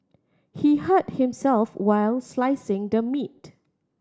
he hurt himself while slicing the meat